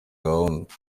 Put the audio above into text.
gahunda